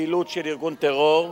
פעילות של ארגון טרור,